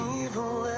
evil